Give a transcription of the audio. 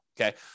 okay